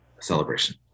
celebration